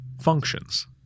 functions